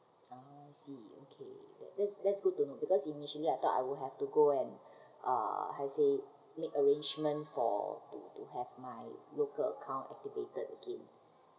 ah I see okay that's that's good to know because initially I thought I will have to go and uh how to say make arrangement for to to have my local account activated again